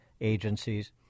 agencies